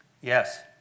Yes